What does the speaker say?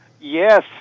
Yes